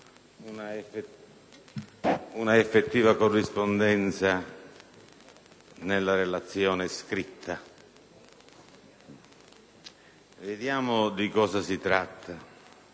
un'effettiva corrispondenza nel testo scritto. Vediamo di cosa si tratta.